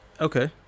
Okay